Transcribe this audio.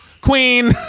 Queen